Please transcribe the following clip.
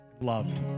Loved